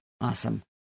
awesome